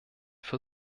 für